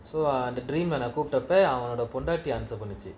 so uh the dream நான்கூப்டபஅவங்கபொண்டாட்டி:nan kooptapa avanga pondati answer பண்ணுச்சு:pannuchu